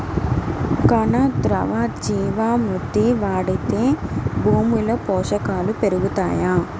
ఘన, ద్రవ జీవా మృతి వాడితే భూమిలో పోషకాలు పెరుగుతాయా?